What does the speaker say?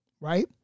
right